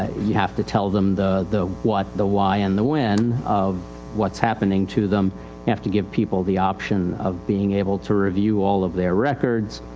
you have to tell them the, the what, the why and the when of whatis happening to them. you have to give people the option of being able to review all of their records.